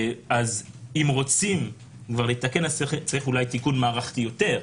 אם רוצים כבר לתקן אז צריך אולי תיקון מערכתי יותר,